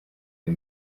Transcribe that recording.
iyo